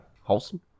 wholesome